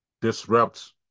disrupt